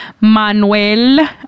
Manuel